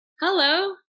Hello